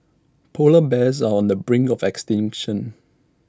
Polar Bears are on the brink of extinction